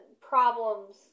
problems